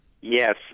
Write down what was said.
Yes